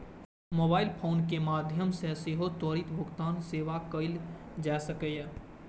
mobile phone के माध्यम सं सेहो त्वरित भुगतान सेवा कैल जा सकैए